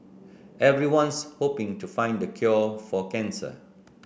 everyone's hoping to find the cure for cancer